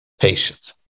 patience